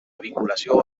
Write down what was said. vinculació